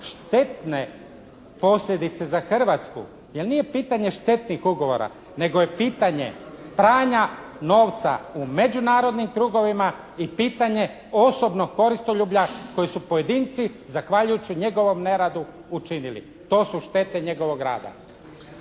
štetne posljedice za Hrvatsku jer nije pitanje štetnih ugovora nego je pitanje pranja novca u međunarodnim krugovima i pitanje osobnog koristoljublja koje su pojedinci zahvaljujući njegovom neradu učinili. To su štete njegovog rada.